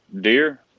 deer